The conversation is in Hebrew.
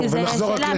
תשובה ניתנה.